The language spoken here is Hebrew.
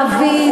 מעביד,